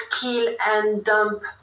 kill-and-dump